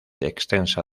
extensa